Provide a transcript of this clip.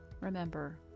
Remember